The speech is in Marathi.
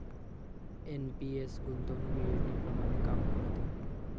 एन.पी.एस गुंतवणूक योजनेप्रमाणे काम करते